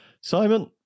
simon